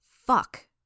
Fuck